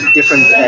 Different